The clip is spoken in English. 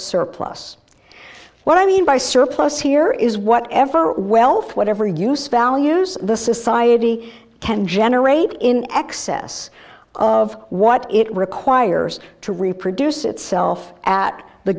surplus what i mean by surplus here is whatever wealth whatever use values the society can generate in excess of what it requires to reproduce itself at the